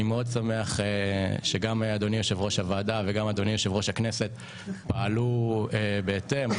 אני שמח שגם יושב-ראש הוועדה וגם יושב-ראש הכנסת פעלו בהתאם.